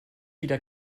wieder